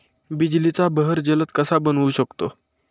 बिजलीचा बहर जलद कसा बनवू शकतो?